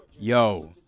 yo